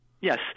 Yes